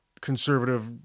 conservative